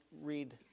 read